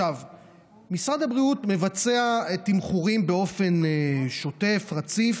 משרד הבריאות מבצע תמחורים באופן שוטף, רציף,